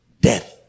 death